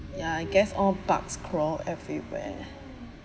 ya I guess all bugs crawl everywhere